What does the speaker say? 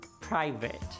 private